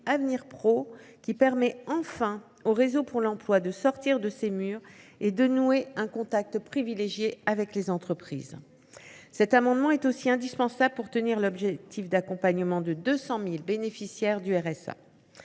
qui permet enfin au réseau pour l’emploi de « sortir de ses murs » et de nouer un contact privilégié avec les entreprises. Cet amendement est également indispensable pour tenir l’objectif d’accompagnement de 200 000 bénéficiaires du RSA.